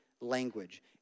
language